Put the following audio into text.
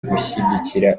gushyigikira